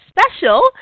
special